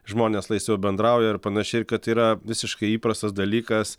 žmonės laisviau bendrauja ir panašiai ir kad yra visiškai įprastas dalykas